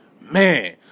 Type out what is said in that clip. man